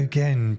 Again